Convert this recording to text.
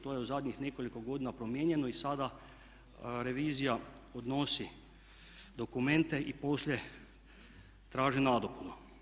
To je u zadnjih nekoliko godina promijenjeno i sada revizija odnosi dokumente i poslije traži nadopunu.